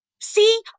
see